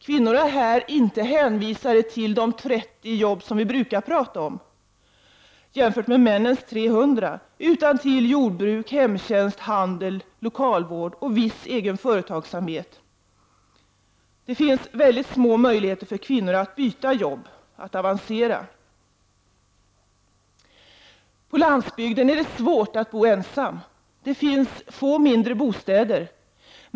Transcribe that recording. Kvinnor är här inte hänvisade till de 30 arbeten som vi brukar tala om, jämfört med männens 300, utan till jordbruk, hemtjänst, handel, lokalvård och viss egen företagsamhet. Det finns mycket små möjligheter för kvinnor att byta arbete, att avancera. På landsbygden är det svårt att bo ensam. Det finns få mindre bostäder.